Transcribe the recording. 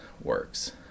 works